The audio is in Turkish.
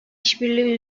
işbirliği